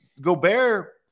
Gobert